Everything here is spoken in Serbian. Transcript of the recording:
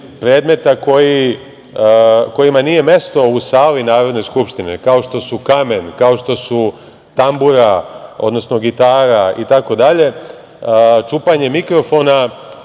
predmeta kojima nije mesto u sali Narodne skupštine, kao što su kamen, kao što su tambura, odnosno gitara itd, čupanje mikrofona,